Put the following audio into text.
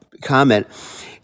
comment